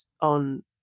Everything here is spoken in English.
on